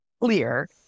clear